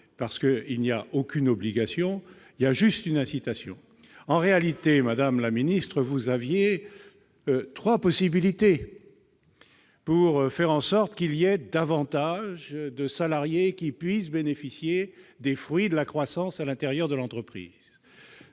c'est non pas une obligation, mais juste une incitation. En réalité, madame la secrétaire d'État, vous aviez trois possibilités pour faire en sorte qu'il y ait davantage de salariés qui puissent bénéficier des fruits de la croissance à l'intérieur de l'entreprise.